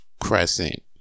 Crescent